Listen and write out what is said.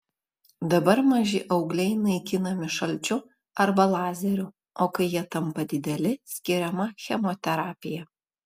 dabar maži augliai naikinami šalčiu arba lazeriu o kai jie tampa dideli skiriama chemoterapija